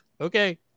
Okay